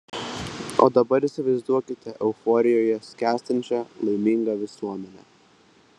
o dabar įsivaizduokite euforijoje skęstančią laimingą visuomenę